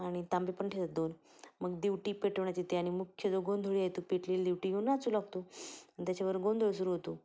आणि तांबे पण ठेवतात दोन मग दिवटी पेटवण्यात येते आणि मुख्य जो गोंधळी येतो पेटलेली दिवटी घेऊन नाचू लागतो आणि त्याच्याबरोबर गोंधळ सुरू होतो